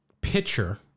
pitcher